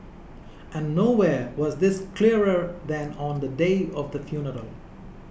and nowhere was this clearer than on the day of the funeral